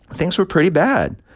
things were pretty bad.